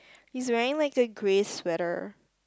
he's wearing like a grey sweater